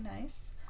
nice